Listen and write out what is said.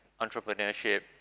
entrepreneurship